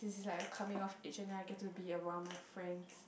like a coming of age and then I get to be around my friends